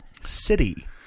city